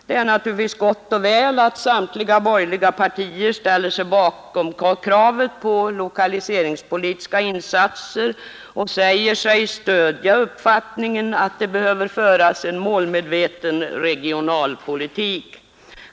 Det är naturligtvis förträffligt att samtliga borgerliga partier ställer sig bakom kravet på lokaliseringspolitiska insatser och säger sig stödja uppfattningen att det behöver föras en målmedveten regionalpolitik.